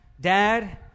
Dad